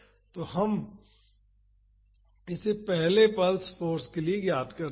तो अब हम इसे पहले पल्स फाॅर्स के लिए ज्ञात करते हैं